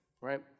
right